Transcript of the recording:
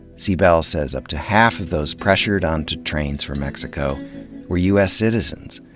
cybelle says up to half of those pressured onto trains for mexico were u s. citizens,